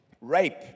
Rape